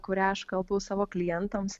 kurią aš kalbu savo klientams